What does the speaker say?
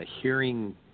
hearing